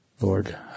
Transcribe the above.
Lord